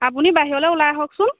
আপুনি বাহিৰলৈ ওলাই আহকচোন